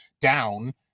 down